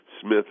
Smith